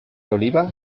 oliva